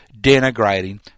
denigrating